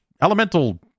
elemental